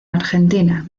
argentina